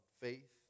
faith